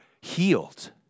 healed